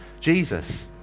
Jesus